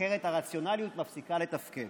אחרת הרציונליות מפסיקה לתפקד.